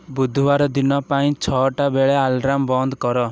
ବୁଧବାର ଦିନ ପାଇଁ ଛଅଟା ବେଳେ ଆଲାର୍ମ ବନ୍ଦ କର